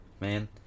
man